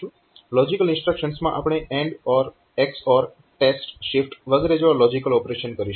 logical ઇન્સ્ટ્રક્શન્સમાં આપણે AND OR XOR TEST SHIFT વગેરે જેવા લોજીકલ ઓપરેશન કરીશું